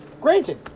granted